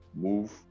move